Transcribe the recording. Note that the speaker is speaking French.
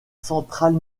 centrale